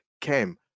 came